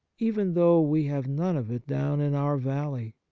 even though we have none of it down in our valley?